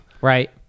right